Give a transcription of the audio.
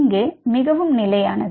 இங்கே மிகவும் நிலையானது